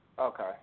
Okay